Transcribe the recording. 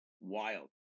wild